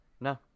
No